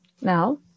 Now